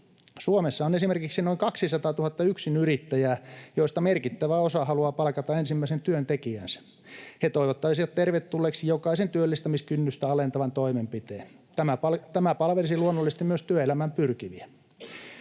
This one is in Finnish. Suomessa on esimerkiksi noin 200 000 yksinyrittäjää, joista merkittävä osa haluaa palkata ensimmäisen työntekijänsä. He toivottaisivat tervetulleeksi jokaisen työllistämiskynnystä alentavan toimenpiteen. Tämä palvelisi luonnollisesti myös työelämään pyrkiviä.